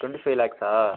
twenty five lakhs